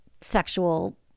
sexual